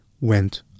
went